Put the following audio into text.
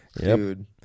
Dude